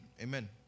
Amen